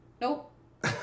Nope